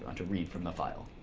um to read from the file.